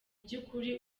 by’ukuri